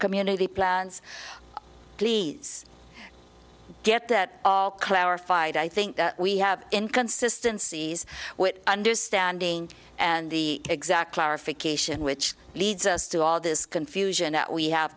community plans please get that all clarified i think we have inconsistency with understanding and the exact clarification which leads us to all this confusion that we have